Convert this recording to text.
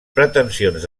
pretensions